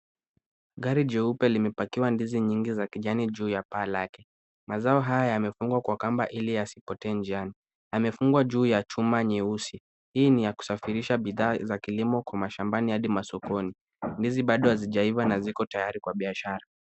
Gari nyeupe limepakiwa ndizi mingi za kijani juu ya paa lake. Mazao haya yamefungwa kwa kamba ili yasipotee njiani. Yamefungwa juu ya chuma nyeusi. Hii ni ya kusafirisha bidhaa za kilimo kwa mashambani hadi masokoni. Ndizi bado hazijaiva na ziko tayari kwa biashara.